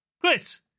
Chris